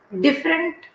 different